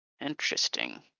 Interesting